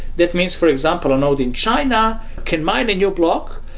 that means, for example, a node in china can mine in your block.